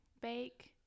bake